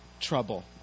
trouble